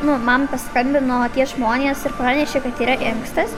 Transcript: nu man paskambino tie žmonės ir pranešė kad yra inkstas